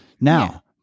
Now